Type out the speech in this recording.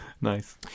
Nice